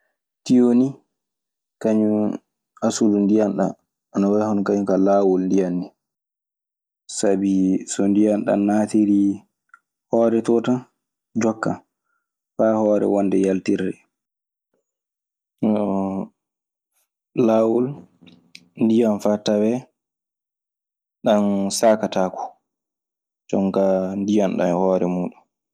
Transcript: Tiyoo kañum e asulu ndiyam ɗam ana way kañim kaa hono laawol ndiyam nii. Sabi so ndiyan ɗan naatirii hoore too tan, jokkan faa hoore wonde yaltirde. Laawol ndiyan faa tawee ɗan saakataako. Jonkaa ndiyan ɗan e hoore muuɗun.